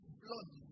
blood